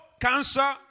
cancer